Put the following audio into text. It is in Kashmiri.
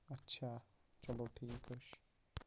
اچھا چلو ٹھیٖک حظ چھِ